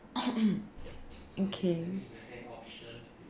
okay